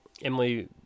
Emily